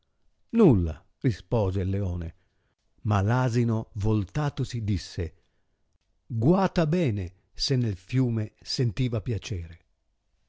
nulla rispose il leone ma l'asino voltatosi disse guata bene se nel fiume sentiva piacere